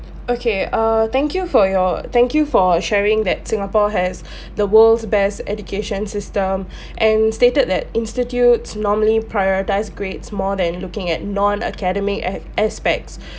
okay uh thank you for your thank you for sharing that singapore has the world's best education system and stated that institutes normally prioritize grades more than looking at non academic ac~ aspects